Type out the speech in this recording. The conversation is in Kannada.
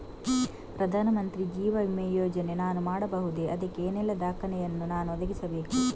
ಪ್ರಧಾನ ಮಂತ್ರಿ ಜೀವ ವಿಮೆ ಯೋಜನೆ ನಾನು ಮಾಡಬಹುದೇ, ಅದಕ್ಕೆ ಏನೆಲ್ಲ ದಾಖಲೆ ಯನ್ನು ನಾನು ಒದಗಿಸಬೇಕು?